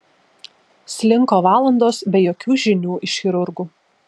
slinko valandos be jokių žinių iš chirurgų